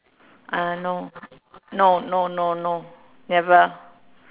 uh no no no no no never